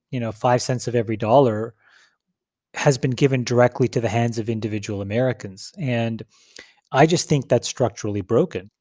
you know, five cents of every dollar has been given directly to the hands of individual americans. and i just think that's structurally broken.